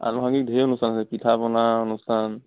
আনুষংগিক ধেৰ অনুষ্ঠান আছে পিঠা পনা অনুষ্ঠান